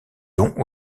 dons